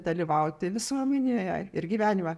dalyvauti visuomenėje ir gyvenime